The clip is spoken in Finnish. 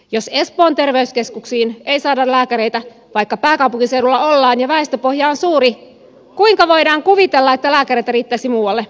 jos espoon terveyskeskuksiin ei saada lääkäreitä vaikka pääkaupunkiseudulla ollaan ja väestöpohja on suuri kuinka voidaan kuvitella että lääkäreitä riittäisi muualle